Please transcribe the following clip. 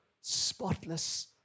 spotless